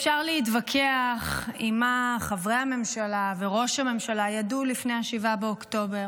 אפשר להתווכח עם מה חברי הממשלה וראש הממשלה ידעו לפני 7 באוקטובר,